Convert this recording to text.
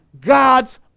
God's